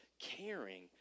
caring